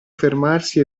fermarsi